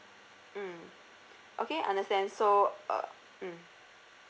mm okay understand so uh mm